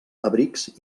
abrics